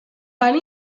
van